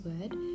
word